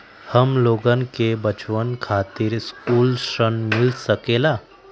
हमलोगन के बचवन खातीर सकलू ऋण मिल सकेला?